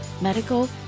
medical